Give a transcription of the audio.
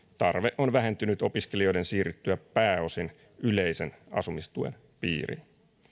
tarve on vähentynyt opiskelijoiden siirryttyä pääosin yleisen asumistuen piiriin